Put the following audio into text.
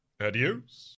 Adios